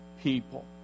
people